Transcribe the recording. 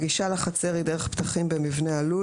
הגישה לחצר היא דרך פתחים במבנה הלול,